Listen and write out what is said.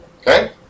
Okay